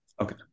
Okay